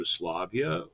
Yugoslavia